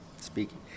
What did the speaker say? speaking